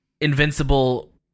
Invincible